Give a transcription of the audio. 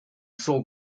saw